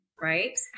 right